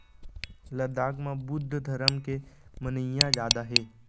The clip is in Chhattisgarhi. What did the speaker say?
लद्दाख म बुद्ध धरम के मनइया जादा हे